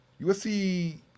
USC